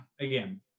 again